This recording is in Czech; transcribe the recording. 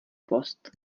post